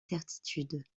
certitudes